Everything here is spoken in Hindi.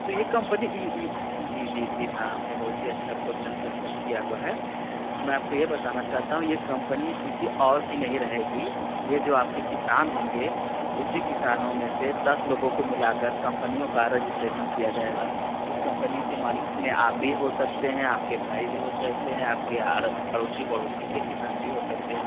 तो ये कम्पनी जी जी जी हाँ आपने बहुत ही अच्छा कोश्चन प्रश्न किया हुआ है तो मैं आपको ये बताना चाहता हूँ ये कम्पनी किसी और की नहीं रहेगी ये जो आपके किसान होंगे उसी किसानों में से दस लोगों को मिलाकर कम्पनियों का रजिस्ट्रेसन किया जाएगा उस कम्पनी के मालिक में आप भी हो सकते हैं आपके भाई भी हो सकते हैं आपके आड़ अड़ोसी पड़ोसी के किसान भी हो सकते हैं